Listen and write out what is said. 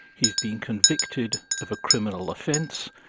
he has been convicted of a criminal offence,